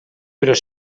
però